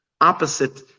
opposite